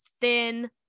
thin